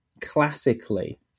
classically